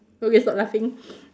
okay stop laughing